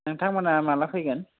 नोंथां मोनहा माला फैगोन